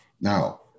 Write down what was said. Now